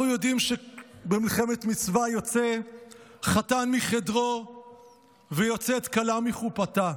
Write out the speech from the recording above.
אנחנו יודעים שבמלחמת מצווה יוצא חתן מחדרו ויוצאת כלה מחופתה.